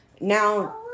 now